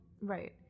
Right